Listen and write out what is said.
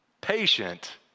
patient